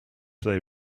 they